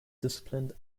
disciplined